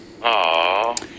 Aww